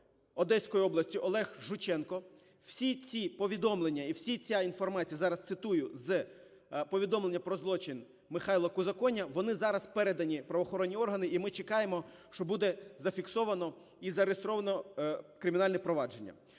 Одеської області Олег Жученко. Всі ці повідомлення і вся ця інформація – зараз цитую з повідомлення про злочин Михайла Кузаконя – вони зараз передані в правоохоронні органи, і ми чекаємо, що буде зафіксовано і зареєстровано кримінальне провадження.